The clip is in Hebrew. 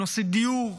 בנושא דיור,